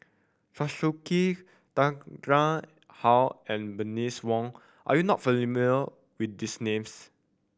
Chew Swee Kee Tan Tarn How and Bernice Wong are you not familiar with these names